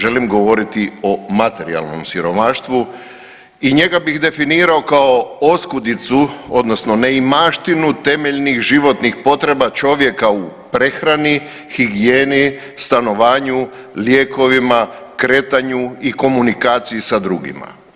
Želim govoriti o materijalnom siromaštvu i njega bih definirao kao oskudicu odnosno neimaštinu temeljnih životnih potreba čovjeka u prehrani, higijeni, stanovanju, lijekovima, kretanju i komunikaciji sa drugima.